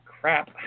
crap